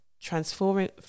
transforming